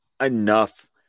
enough